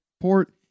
port